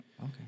Okay